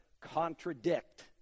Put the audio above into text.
contradict